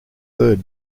third